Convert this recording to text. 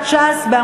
קבוצת